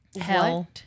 hell